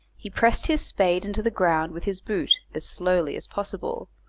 he pressed his spade into the ground with his boot as slowly as possible,